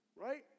Right